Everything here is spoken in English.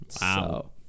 Wow